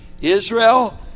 Israel